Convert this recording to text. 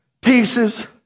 pieces